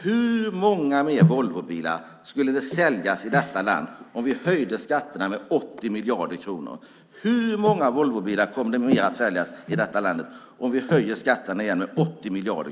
Hur många fler Volvobilar skulle det säljas i detta land om vi höjde skatterna med 80 miljarder kronor?